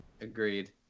Agreed